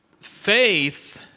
faith